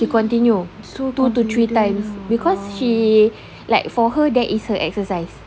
she continue so two to three times because she like for her that is her exercise